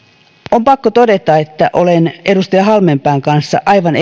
on pakko todeta että olen edustaja halmeenpään kanssa aivan